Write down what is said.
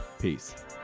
Peace